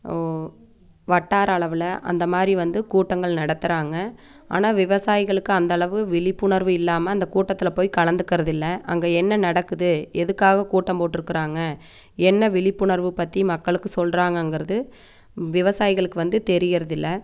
வட்டார அளவில் அந்த மாதிரி வந்து கூட்டங்கள் நடத்துறாங்க ஆனால் விவசாயிகளுக்கு அந்த அளவு விழிப்புணர்வு இல்லாமல் அந்த கூட்டத்தில் போய் கலந்துக்கிறது இல்லை அங்கே என்ன நடக்குது எதுக்காக கூட்டம் போட்டிருக்குறாங்க என்ன விழிப்புணர்வு பற்றி மக்களுக்கு சொல்லுறாங்கங்குறது விவசாயிகளுக்கு வந்து தெரியிறது இல்லை